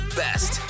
best